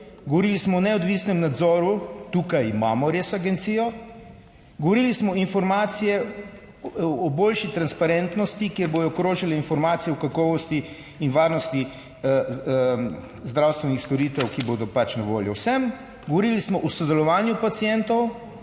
govorili smo o neodvisnem nadzoru - tukaj imamo res agencijo, govorili smo informacije, o boljši transparentnosti, kjer bodo krožile informacije o kakovosti in varnosti zdravstvenih storitev, ki bodo pač na voljo vsem, govorili smo o sodelovanju pacientov